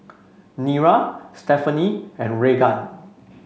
Nira Stephanie and Raegan